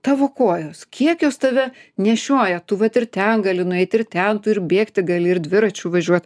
tavo kojos kiek jos tave nešioja tu vat ir ten gali nueiti ir ten tu ir bėgti gali ir dviračiu važiuot